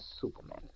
Superman